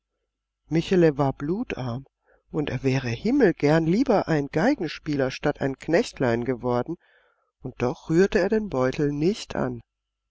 michele war blutarm und er wäre himmelgern lieber ein geigenspieler statt ein knechtlein geworden und doch rührte er den beutel nicht an